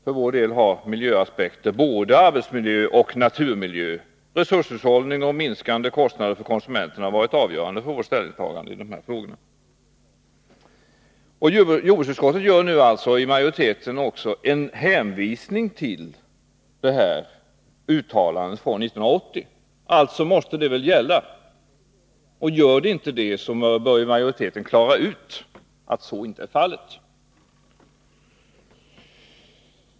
För vår del har miljöaspekter — det gäller då både arbetsmiljö och naturmiljö —, resurshushållning och minskade kostnader för konsumenterna varit avgörande för vårt ställningstagande i dessa frågor. Jordbruksutskottets majoritet gör nu en hänvisning till uttalandet från 1980. Därför måste väl det uttalandet gälla. Gör det inte det, bör majoriteten klara ut att så inte är fallet.